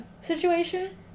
situation